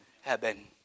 heaven